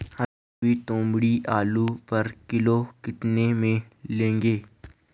अभी तोमड़िया आलू पर किलो कितने में लोगे?